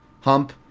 hump